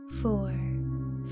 four